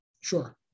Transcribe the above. Sure